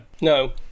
no